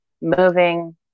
moving